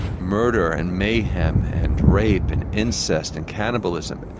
murder and mayhem, and rape and incest and cannibalism,